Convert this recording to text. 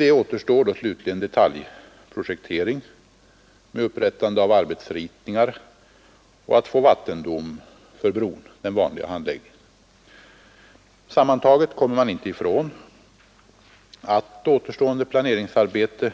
Då återstår slutligen detaljprojektering med upprättande av arbetsritningar och vattendom för bron — den vanliga handläggningen. Samtidigt kommer man inte ifrån att återstående planeringsarbete